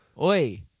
Oi